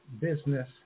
business